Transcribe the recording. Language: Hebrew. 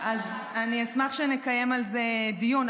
אז אני אשמח שנקיים על זה דיון.